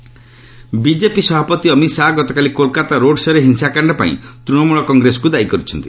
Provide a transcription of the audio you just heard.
Amit Shah BJP ସଭାପତି ଅମିତ ଶାହା ଗତକାଲି Kolkata road ଶୋ'ରେ ହିଂସାକାଣ୍ଡ ପାଇଁ ତୃଣମୂଳ କଂଗ୍ରେସକୁ ଦାୟ କରିଛନ୍ତି